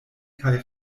kaj